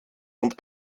und